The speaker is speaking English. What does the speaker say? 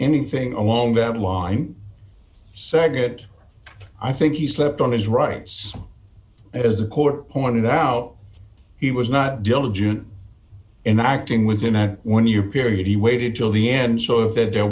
anything along that line segment i think he slept on his rights as a court pointed out he was not diligent in acting within that when you period he waited till the end so that there